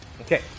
Okay